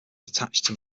attached